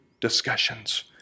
discussions